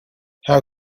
how